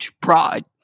Pride